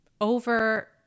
over-